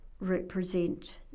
represent